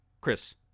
Chris